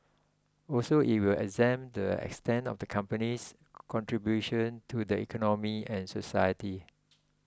also it will examine the extent of the company's contribution to the economy and society